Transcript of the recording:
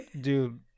dude